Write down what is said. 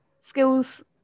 skills